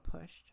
pushed